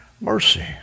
Mercy